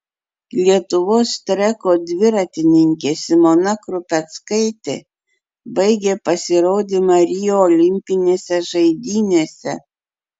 lietuvos treko dviratininkė simona krupeckaitė baigė pasirodymą rio olimpinėse žaidynėse